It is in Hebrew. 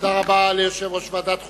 תודה רבה ליושב-ראש ועדת החוקה,